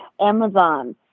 amazon